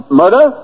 murder